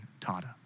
Tata